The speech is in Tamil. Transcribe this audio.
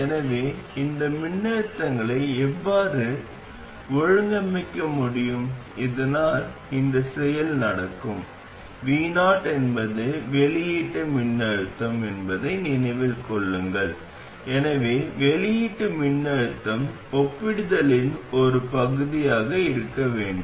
எனவே இந்த மின்னழுத்தங்களை எவ்வாறு ஒழுங்கமைக்க முடியும் இதனால் இந்த செயல் நடக்கும் vo என்பது வெளியீட்டு மின்னழுத்தம் என்பதை நினைவில் கொள்ளுங்கள் எனவே வெளியீட்டு மின்னழுத்தம் ஒப்பிடுதலின் ஒரு பகுதியாக இருக்க வேண்டும்